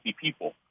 people